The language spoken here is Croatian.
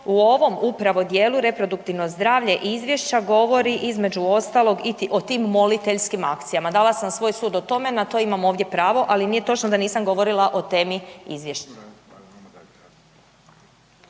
u ovom upravo dijelu reproduktivno zdravlje izvješća govori između ostalog i o tim moliteljskim akcijama. Dala sam svoj sud o tome, na to imam ovdje pravo, ali nije točno da nisam govorila o temi izvješća.